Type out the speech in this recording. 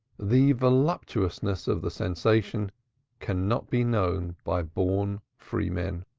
the voluptuousness of the sensation cannot be known by born freemen.